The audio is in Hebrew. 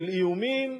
של איומים,